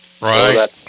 Right